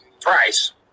price